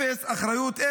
אפס, אחריות?